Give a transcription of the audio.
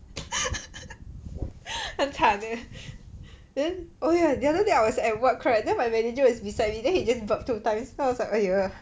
很惨的 then oh ya the other day I was at work right then my manager was beside me then he just burp two times then I was like !eeyer!